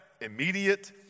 immediate